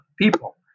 people